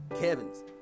Kevin's